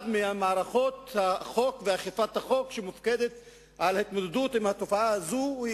בין מערכות החוק ואכיפת החוק שמופקדות על ההתמודדות עם התופעה הזאת,